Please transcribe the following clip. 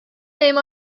name